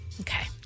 Okay